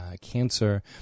Cancer